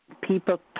people